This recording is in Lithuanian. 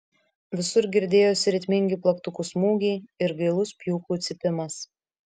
visur girdėjosi ritmingi plaktukų smūgiai ir gailus pjūklų cypimas